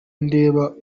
ndeba